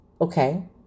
okay